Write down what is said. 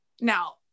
now